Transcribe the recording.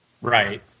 Right